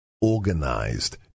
organized